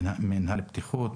מינהל הבטיחות,